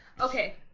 okay